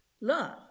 Love